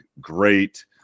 great